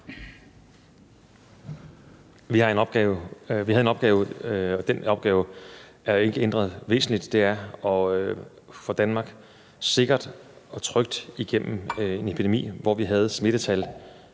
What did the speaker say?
Vi havde en opgave, og den opgave er ikke ændret væsentligt, nemlig at få Danmark sikkert og trygt igennem epidemien, hvor vi havde smittetal